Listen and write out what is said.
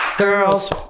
Girls